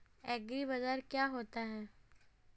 एग्रीबाजार क्या होता है?